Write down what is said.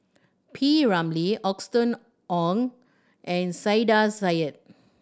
P Ramlee Austen Ong and Saiedah Said